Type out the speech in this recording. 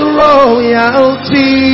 royalty